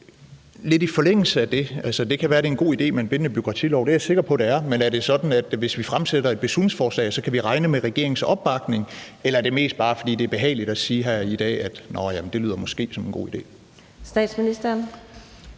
den modsatte vej? Det kan være, det er en god idé med en bindende bureaukratilov, det er jeg sikker på det er, men er det sådan, at vi, hvis vi fremsætter et beslutningsforslag, kan regne med regeringens opbakning, eller er det mest bare, fordi det er behageligt at sige her i dag, at nåh ja, det lyder måske som en god idé? Kl.